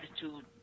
attitude